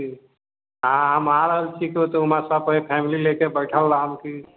जी आ हम आरहल छियै ओतय सबकोइ फैमली लेके बैठल रहब की